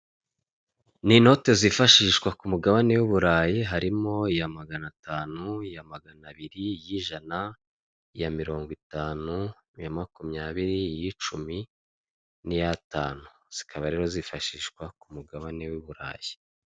Ni inote zifashishwa ku mugabane w'u burayi harimo; iya maganatanu, iya magana abiri, iy'ijana, iya mirongo itanu, iya makumyabiri, iy'icumi n'iyatanu zikaba rero zifashishwa ku mugabane w'i burayi.